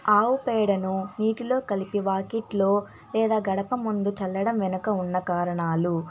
ఆవు పేడను నీటిలో కలిపి వాకిట్లో లేదా గడప ముందు చల్లడం వెనక ఉన్న కారణాలు